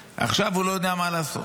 עכשיו, הוא לא יודע מה לעשות.